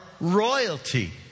royalty